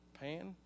Pan